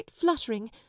fluttering